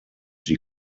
sie